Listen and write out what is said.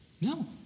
No